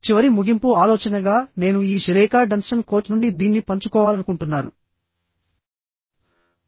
చివరి ముగింపు ఆలోచనగా నేను ఈ షెరేకా డన్స్టన్ కోచ్ నుండి దీన్ని పంచుకోవాలనుకుంటున్నాను